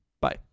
Bye